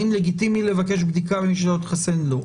האם לגיטימי לבקש בדיקה ממי שהתחסן או לא.